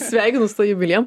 sveikinu su tuo jubiliejum